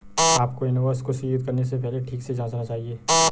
आपको इनवॉइस को स्वीकृत करने से पहले ठीक से जांचना चाहिए